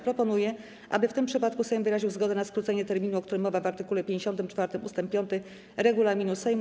Proponuję, aby w tym przypadku Sejm wyraził zgodę na skrócenie terminu, o którym mowa w art. 54 ust. 5 regulaminu Sejmu.